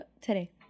today